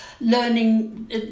learning